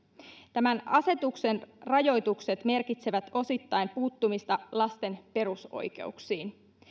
tämän asetuksen rajoitukset merkitsevät osittain puuttumista lasten perusoikeuksiin